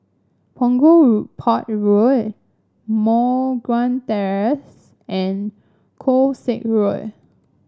Punggol Road Port Road Moh Guan Terrace and Koh Sek Road